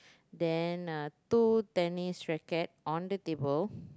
then uh two tennis racket on the table